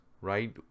right